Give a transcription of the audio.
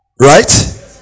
Right